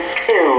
two